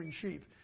sheep